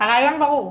הרעיון ברור,